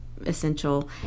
essential